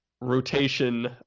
rotation